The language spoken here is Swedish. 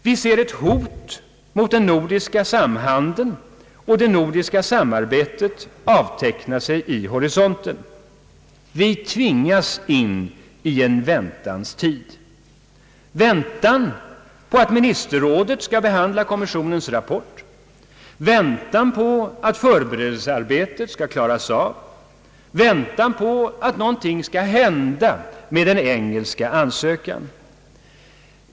Vi ser ett hot mot den nordiska samhandeln och det nordiska samarbetet avteckna sig vid horisonten. Vi tvingas in i en väntans tid. Väntan på att ministerrådet skall behandla kommissionens rapport. Väntan på att förberedelsearbetet skall klaras av. Väntan på att något skall hända med den engelska ansökan.